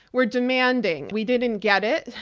were demanding. we didn't get it.